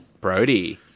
Brody